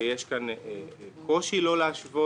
שיש כאן קושי לא להשוות